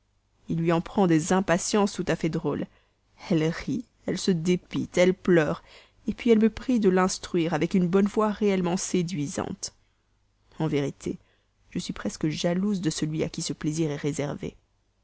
il lui en prend des impatiences tout à fait drôles elle rit elle se dépite elle pleure puis elle me prie de l'instruire avec une bonne foi réellement séduisante en vérité je suis presque jalouse de celui à qui ce plaisir est réservé